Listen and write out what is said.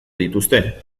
dituzte